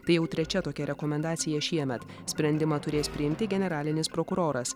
tai jau trečia tokia rekomendacija šiemet sprendimą turės priimti generalinis prokuroras